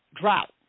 drought